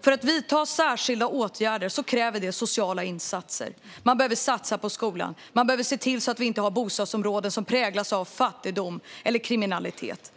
För att vidta särskilda åtgärder krävs sociala insatser. Man behöver satsa på skolan, och man behöver se till att vi inte har bostadsområden som präglas av fattigdom eller kriminalitet.